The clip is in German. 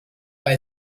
bei